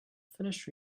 finished